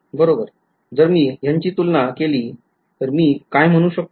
जर मी ह्यांची तुलना केली तर मी काय म्हणू शकतो